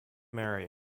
mary